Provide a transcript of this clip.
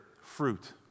fruit